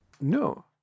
No